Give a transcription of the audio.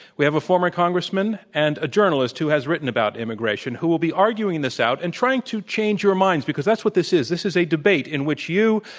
we have a former congressman and a journalist who has written about immigration who will be arguing this out and trying to change your minds because that's what this is. this is a debate in which you,